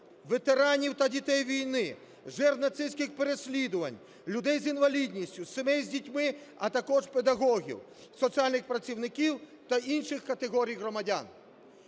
ветеранів та дітей війни, жертв нацистських переслідувань, людей з інвалідністю, сімей з дітьми, а також педагогів, соціальних працівників та інших категорій громадян.